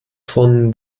von